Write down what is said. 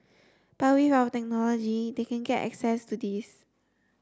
but with our technology they can get access to this